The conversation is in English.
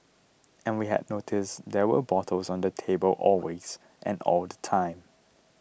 and we had noticed there were bottles on the table always and all the time